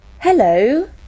Hello